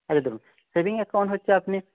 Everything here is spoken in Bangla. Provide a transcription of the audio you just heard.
আচ্ছা ধরুন সেভিং অ্যাকাউন্ট হচ্ছে আপনি